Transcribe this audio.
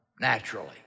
naturally